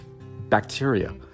bacteria